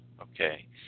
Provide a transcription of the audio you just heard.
okay